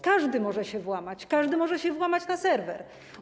Każdy może się włamać, każdy może się włamać na serwer.